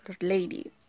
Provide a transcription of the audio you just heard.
Lady